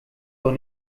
doch